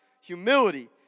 humility